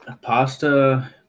pasta